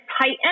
tighten